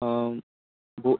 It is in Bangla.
বই